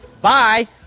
Bye